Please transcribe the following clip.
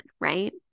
right